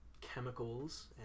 chemicals